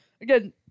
Again